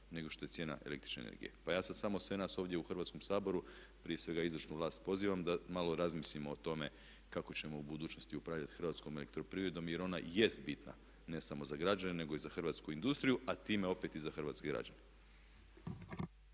nego što je cijene električne energije. Pa ja sada samo sve nas ovdje u Hrvatskom saboru, prije svega izvršnu vlast pozivam da malo razmislimo o tome kako ćemo u budućnosti upravljati hrvatskom elektroprivredom jer ona jest bitna ne samo za građane nego i za hrvatsku industriju a time opet i za hrvatske građane.